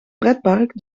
pretpark